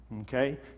okay